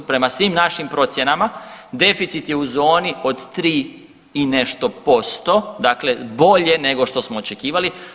Prema svim našim procjenama deficit je u zoni od 3 i nešto posto, dakle bolje nego što smo očekivali.